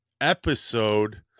episode